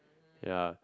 ya